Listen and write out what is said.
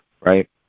right